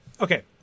Okay